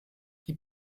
die